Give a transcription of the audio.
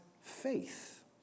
faith